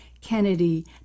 Kennedy